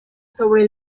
sobre